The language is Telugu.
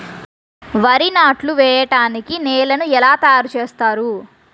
వరి నాట్లు వేయటానికి నేలను ఎలా తయారు చేస్తారు?